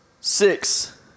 six